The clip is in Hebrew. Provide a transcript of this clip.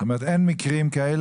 זאת אומרת אין מקרים כאלה,